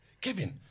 Kevin